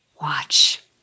watch